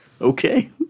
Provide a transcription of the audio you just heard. Okay